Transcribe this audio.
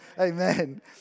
Amen